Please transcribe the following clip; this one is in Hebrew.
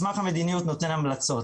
מסמך המדיניות נותן המלצות,